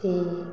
ठीक